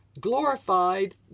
glorified